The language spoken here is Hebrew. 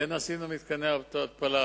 כן עשינו מתקני התפלה,